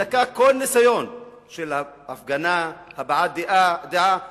מדכאת כל ניסיון של הפגנה, הבעת דעה, מחאה,